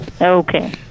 Okay